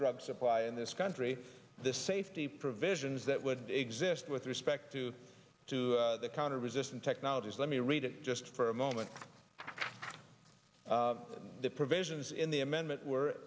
drug supply in this country the safety provisions that would exist with respect to to the counter resistant technologies let me read it just for a moment the provisions in the amendment were